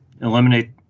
eliminate